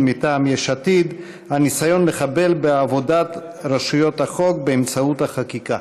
מטעם יש עתיד: הניסיון לחבל בעבודת רשויות החוק באמצעות החקיקה.